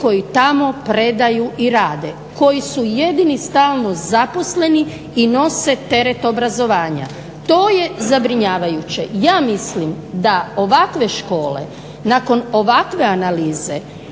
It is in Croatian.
koji tamo predaju i rade, koji su jedini stalno zaposleni i nose teret obrazovanja. To je zabrinjavajuće. Ja mislim da ovakve škole nakon ovakve analize,